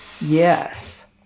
Yes